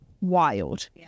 wild